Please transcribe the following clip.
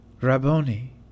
Rabboni